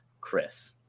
Chris